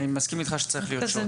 אני מסכים איתך שצריך להיות שוט,